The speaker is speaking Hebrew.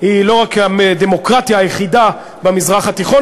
היא לא רק הדמוקרטיה היחידה במזרח התיכון,